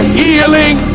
healing